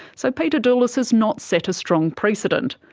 so peter doulis has not set a strong precedent.